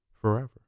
Forever